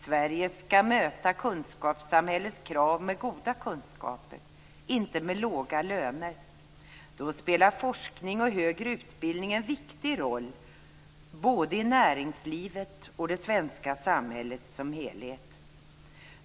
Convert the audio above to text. Sverige ska möta kunskapssamhällets krav med goda kunskaper - inte med låga löner. Då spelar forskning och högre utbildning en viktig roll både i näringslivet och det svenska samhället som helhet.